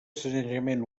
sanejament